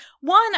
one